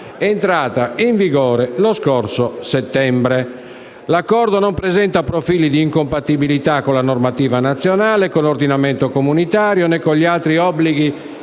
entrata in vigore lo scorso settembre. L'Accordo non presenta profili di incompatibilità con la normativa nazionale, con l'ordinamento comunitario, né con gli altri obblighi